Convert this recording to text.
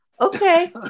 Okay